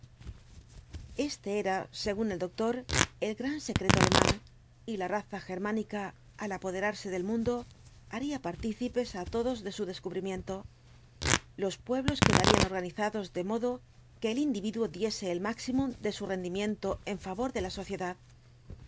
este era según el doctor el gran secreto alemán y la raza germánica al apoderarse del mundo haría partícipes á todos de su descubrimiento los pueblos quedarían organizados de modo que el individuo diese el máximum de su rendimiento en favor de la sociedad